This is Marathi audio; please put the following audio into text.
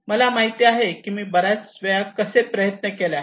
मला माहित आहे की मी बरेच वेळा कसे प्रयत्न केले आहेत